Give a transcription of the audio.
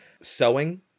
sewing